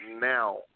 now